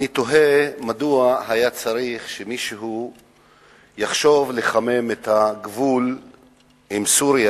אני תוהה מדוע היה צריך שמישהו יחשוב לחמם את הגבול עם סוריה.